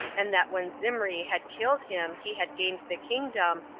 and that when zimri had killed him, he had gained the kingdom,